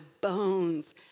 bones